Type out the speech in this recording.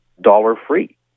dollar-free